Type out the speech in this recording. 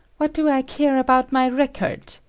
what do i care about my record.